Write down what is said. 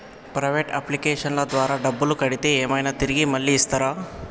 Private అప్లికేషన్ల ద్వారా డబ్బులు కడితే ఏమైనా తిరిగి మళ్ళీ ఇస్తరా?